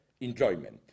enjoyment